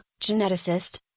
geneticist